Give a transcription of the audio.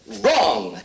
Wrong